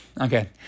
Okay